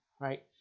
right